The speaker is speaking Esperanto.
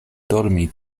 dormi